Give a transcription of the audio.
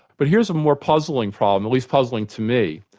but here's a more puzzling problem, at least puzzling to me.